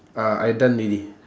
ah I done already